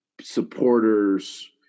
supporters